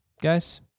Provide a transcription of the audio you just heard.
Guys